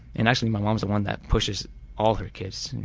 and actually my mom is the one that pushes all her kids,